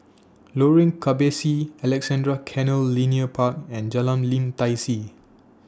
Lorong Kebasi Alexandra Canal Linear Park and Jalan Lim Tai See